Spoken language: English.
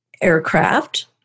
aircraft